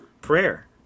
prayer